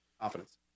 confidence